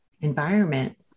environment